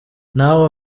ntawe